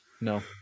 No